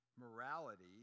morality